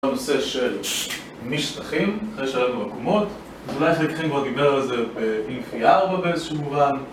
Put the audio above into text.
הנושא של משטחים, אחרי שהיו לנו עקומות ואולי חלקכם כבר דיבר על זה באינפי ארבע באיזשהו מובן